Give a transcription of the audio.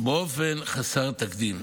באופן חסר תקדים.